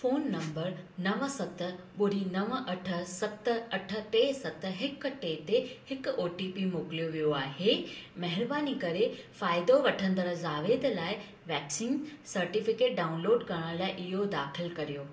phone number नव सत ॿुड़ी नव अठ सत अठ टे सत हिकु टे ते हिकु ओ टी पी मोकिलियो वियो आहे महिरबानी करे फ़ाइदो वठंदड़ जावेद लाइ वैक्सीन सर्टिफिकेट डाउनलोड करण लाइ इहो दाख़िल करियो